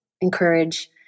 encourage